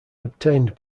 obtained